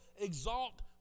exalt